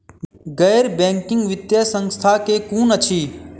गैर बैंकिंग वित्तीय संस्था केँ कुन अछि?